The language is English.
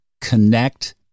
Connect